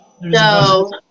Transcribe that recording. No